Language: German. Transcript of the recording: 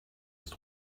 ist